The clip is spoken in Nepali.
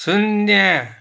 शून्य